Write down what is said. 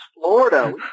Florida